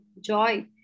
joy